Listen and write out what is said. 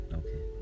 okay